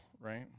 Right